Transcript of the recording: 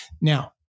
Now